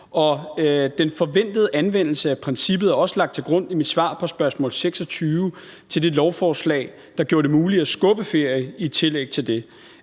og den forventede anvendelse af princippet er også lagt til grund i mit svar på spørgsmål nr. 26 til det lovforslag, der gjorde det muligt at skubbe ferie i tillæg til det.